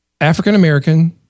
African-American